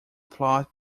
plot